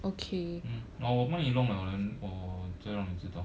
mm 我我帮你弄 liao then 我再让你知道